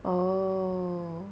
oh